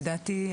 לדעתי,